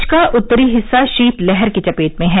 देश का उत्तरी हिस्सा शीतलहर की चपेट में है